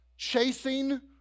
chasing